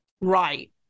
Right